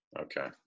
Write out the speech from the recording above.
Okay